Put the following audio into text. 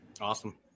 awesome